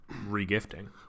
re-gifting